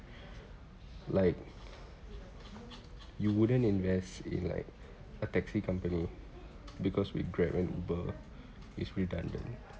like you wouldn't invest in like a taxi company because with grab and uber is redundant